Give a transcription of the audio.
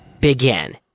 Begin